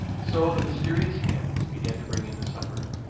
so the mysterious hands began to bring in the supper,